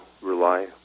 rely